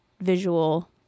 visual